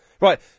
Right